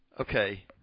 okay